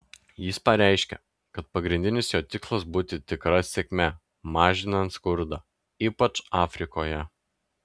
jis pareiškė kad pagrindinis jo tikslas bus pasiekti tikrą sėkmę mažinant skurdą ypač afrikoje